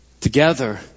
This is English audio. together